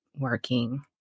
working